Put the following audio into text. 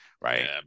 right